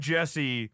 Jesse